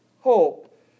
hope